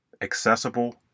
accessible